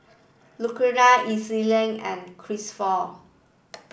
Lucero Elissa and Cristofer